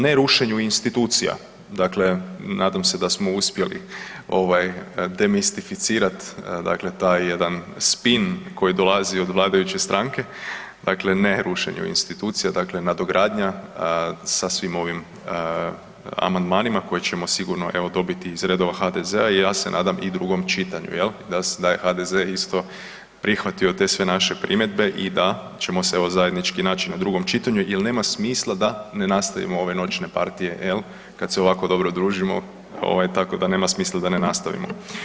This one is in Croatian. Ne rušenju institucija, dakle nadam da smo uspjeli demistificirat dakle taj jedan spin koji dolazi od vladajuće stranke, dakle ne rušenju institucija, dakle nadogradnja sa svim ovim amandmanima koje ćemo sigurno evo dobiti iz redova HDZ-a i ja se nadam i drugom čitanju, jel, da je HDZ isto prihvatio te sve naše primjedbe i da ćemo se evo zajednički naći na drugom čitanju jer nema smisla da ne nastavimo ove noćne partyje jel, kad se ovako dobro družimo, tako da nema smisla da ne nastavimo.